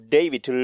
David